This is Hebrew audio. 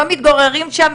לא מתגוררים שם,